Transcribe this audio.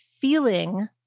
feeling